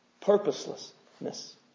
Purposelessness